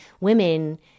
women